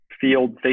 field